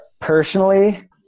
personally